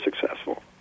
successful